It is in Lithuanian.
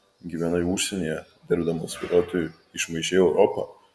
gyvenai užsienyje dirbdamas vairuotoju išmaišei europą